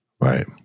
right